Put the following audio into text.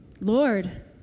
Lord